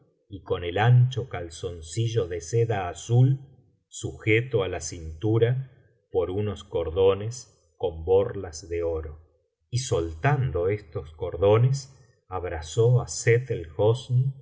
y con el ancho calzoncillo de seda azul sujeto á la cintura por unos cordones con borlas de oro y soltando estos cordones abrazó á